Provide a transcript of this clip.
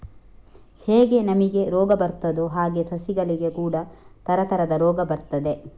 ಹೇಗೆ ನಮಿಗೆ ರೋಗ ಬರ್ತದೋ ಹಾಗೇ ಸಸಿಗಳಿಗೆ ಕೂಡಾ ತರತರದ ರೋಗ ಬರ್ತದೆ